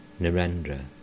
Narendra